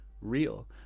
real